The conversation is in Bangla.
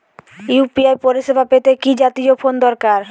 ইউ.পি.আই পরিসেবা পেতে কি জাতীয় ফোন দরকার?